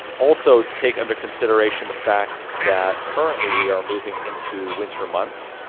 also take under consideration the fact that currently we are moving into winter months,